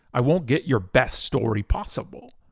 i won't get your best story possible.